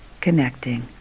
connecting